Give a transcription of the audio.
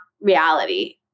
reality